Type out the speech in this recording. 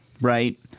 right –